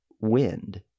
wind